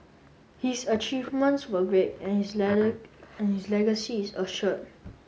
his achievements were great and his and his legacy is assured